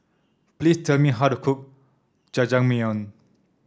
please tell me how to cook Jajangmyeon